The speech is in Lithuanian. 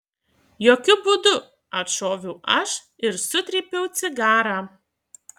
jokiu būdu atšoviau aš ir sutrypiau cigarą